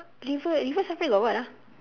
river river-safari got what ah